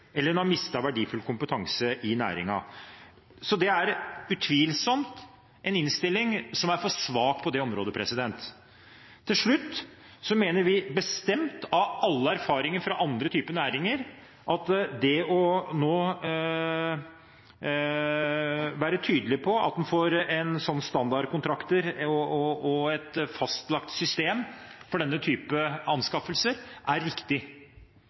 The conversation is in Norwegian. utvilsomt en innstilling som er for svak på det området. Til slutt: Vi mener bestemt av alle erfaringer fra andre typer næringer at det nå er riktig å være tydelige på at en får standardkontrakter og et fastlagt system for denne type anskaffelser. Det er